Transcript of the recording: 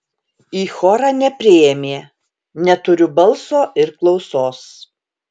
į chorą nepriėmė neturiu balso ir klausos